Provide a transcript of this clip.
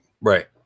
Right